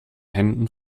händen